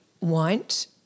want